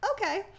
okay